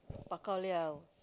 bao ka liao